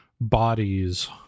bodies